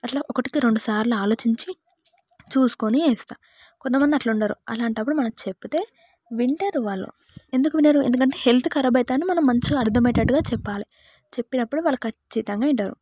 అట్లా ఒకటికి రెండుసార్లు ఆలోచించి చూసుకుని వేస్తాను కొంతమంది అట్ల ఉండురు అలాంటప్పుడు మనం చెప్తే వింటారు వాళ్ళు ఎందుకు వినరు ఎందుకంటే హెల్త్ ఖరాబ్ అవుతుందని మనం అంత మంచిగా అర్థమయ్యేటట్టు చెప్పాలి చెప్పినప్పుడు వాళ్ళు ఖచ్చితంగా వింటారు